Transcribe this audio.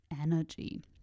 energy